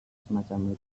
semacam